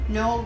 no